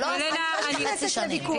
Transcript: וחצי שנים.